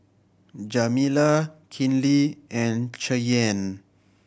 Jamila Kinley and Cheyenne